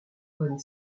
von